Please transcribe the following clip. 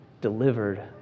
delivered